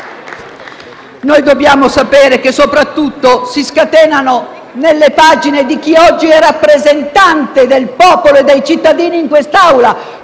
Noi dobbiamo sapere, soprattutto, che si scatenano nelle pagine di chi oggi è rappresentante del popolo e dei cittadini in quest'Aula.